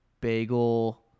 bagel